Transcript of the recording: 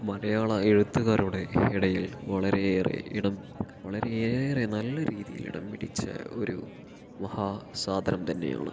മലയാള എഴുത്തുകാരുടെ ഇടയിൽ വളരെ ഏറെ ഇടം വളരെയേറെ നല്ല രീതിയിൽ ഇടം പിടിച്ച ഒരു മഹാ സാദരം തന്നെയാണ്